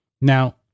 Now